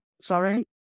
Sorry